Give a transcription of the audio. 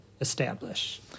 establish